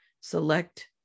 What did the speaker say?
select